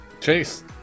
chase